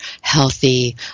healthy